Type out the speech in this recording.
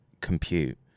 compute